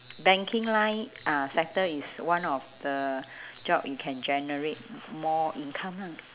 banking line uh sector is one of the job you can generate more income lah